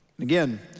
again